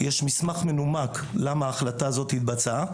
יש מסמך מנומק למה ההחלטה הזאת התבצעה,